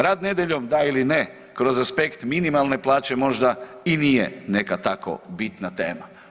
Rad nedjeljom, da ili ne, kroz aspekt minimalne plaće možda i nije neka tako bitna tema.